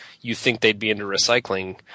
you-think-they'd-be-into-recycling